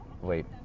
Wait